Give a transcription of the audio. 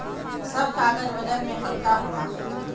सब कागज वजन में हल्का होला